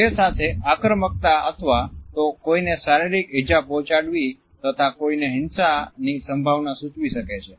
તે સાથે આક્રમકતા અથવા તો કોઈને શારીરિક ઇજા પહોચાડવી તથા કોઈને હિંસાની સંભાવના સૂચવી શકે છે